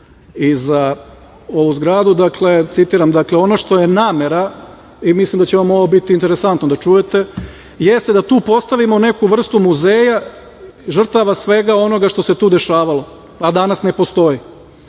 i za ovu zgradu. Citiram: dakle, ono što je namera, i mislim da će vam ovo biti interesantno da čujete, jeste da tu postavimo neku vrstu muzeja žrtava svega onoga što se dešavalo, a danas ne postoji.